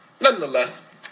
Nonetheless